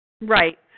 Right